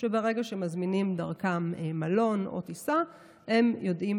שברגע שמזמינים דרכם מלון או טיסה הם יודעים